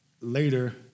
later